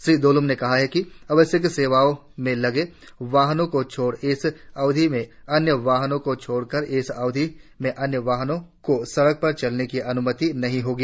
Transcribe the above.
श्री द्लोम ने कहा कि आवश्यक सेवाओं में लगे वाहनों को छोड़कर इस अवधि में अन्य वाहनों को छोड़कर इस अवधि में अन्य वाहनों को सड़क पर चलने की अनुमति नहीं होगी